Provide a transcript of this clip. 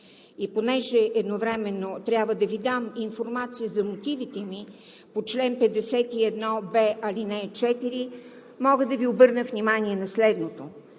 И понеже едновременно трябва да Ви дам информация за мотивите ми по чл. 51б, ал. 4, мога да Ви обърна внимание на следното.